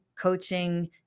coaching